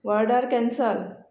order cancel